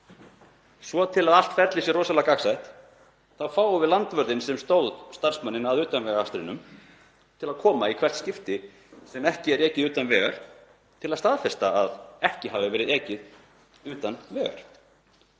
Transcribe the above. til að allt ferlið sé rosalega gagnsætt, fáum við landvörðinn sem stóð starfsmanninn að utanvegaakstrinum til að koma í hvert skipti sem ekki er ekið utan vegar til að staðfesta að ekki hafi verið ekið utan vegar.